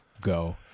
Go